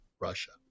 Russia